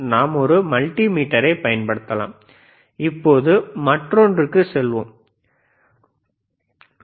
நாம் ஒரு மல்டி மீட்டரை பயன்படுத்தலாம் இப்போது மற்றொன்றுக்கு செல்வோம் இது இடது